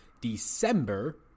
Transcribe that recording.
December